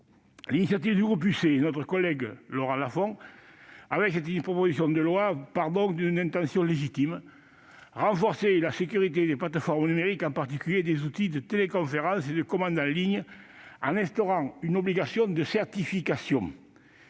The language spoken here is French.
l'initiative du groupe UC et de notre collègue Laurent Lafon procède d'une intention légitime : renforcer la sécurité des plateformes numériques, en particulier des outils de téléconférence et de commande en ligne, en instaurant une obligation de certification.